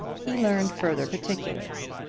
he learned further particulars.